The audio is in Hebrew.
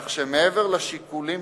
כך שמעבר לשיקולים